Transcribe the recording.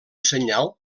senyal